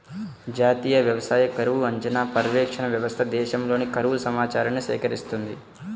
జాతీయ వ్యవసాయ కరువు అంచనా, పర్యవేక్షణ వ్యవస్థ దేశంలోని కరువు సమాచారాన్ని సేకరిస్తుంది